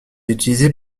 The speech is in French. utilisé